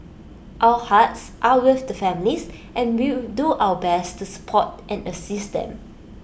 our hearts are with the families and will do our best to support and assist them